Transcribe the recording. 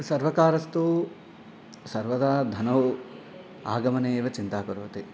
सर्वकारस्तु सर्वदा धनौ आगमने एव चिन्ता करोति